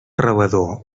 rebedor